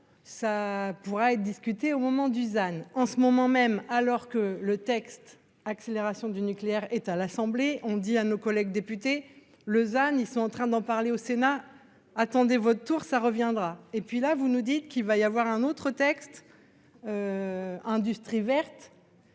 ça pourrait être discuté au moment Dusan en ce moment même, alors que le texte accélération du nucléaire est à l'Assemblée, on dit à nos collègues députés. Lausanne, ils sont en train d'en parler au Sénat. Attendez votre tour ça reviendra et puis là vous nous dites qu'il va y avoir un autre texte. Industrie verte.